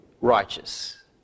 righteous